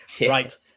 Right